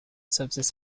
services